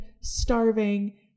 starving